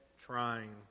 trying